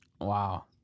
Wow